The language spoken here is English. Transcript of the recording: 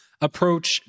approach